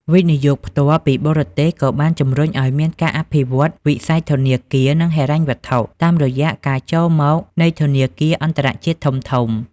វិនិយោគផ្ទាល់ពីបរទេស ក៏បានជំរុញឱ្យមានការអភិវឌ្ឍវិស័យធនាគារ និងហិរញ្ញវត្ថុ តាមរយៈការចូលមកនៃធនាគារអន្តរជាតិធំៗ។